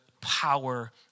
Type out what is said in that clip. power